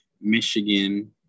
Michigan